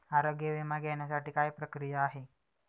आरोग्य विमा घेण्यासाठी काय प्रक्रिया आहे?